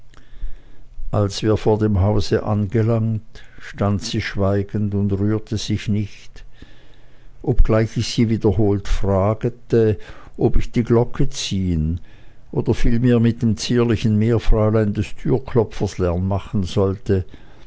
als wir vor dem hause angelangt stand sie schweigend und rührte sich nicht obgleich ich sie wiederholt fragte ob ich die glocke ziehen oder vielmehr mit dem zierlichen meerfräulein des türklopfers lärm machen solle